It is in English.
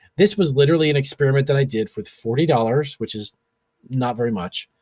this was literally an experiment that i did with forty dollars which is not very much.